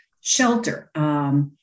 shelter